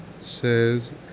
says